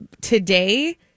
Today